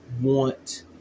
want